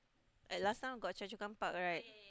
like last time got Choa-Chu-Kang-Park right